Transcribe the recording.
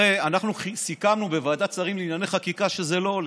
הרי אנחנו סיכמנו בוועדת שרים לענייני חקיקה שזה לא עולה.